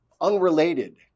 unrelated